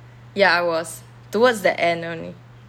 ya I was towards the end only